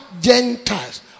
Gentiles